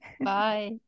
bye